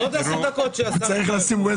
הוא צריך לשים "וויז" לקבינט הקורונה,